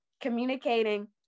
communicating